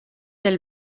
del